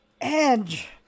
Edge